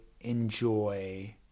enjoy